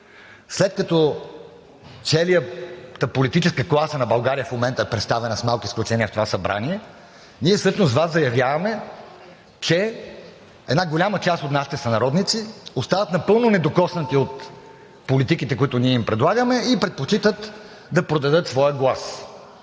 След като цялата политическа класа на България в момента е представена, с малки изключения, в това Събрание, всъщност с Вас заявяваме, че една голяма част от нашите сънародници остават напълно недокоснати от политиките, които ние им предлагаме, и предпочитат да продадат своя глас.